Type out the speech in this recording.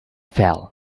fell